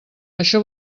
això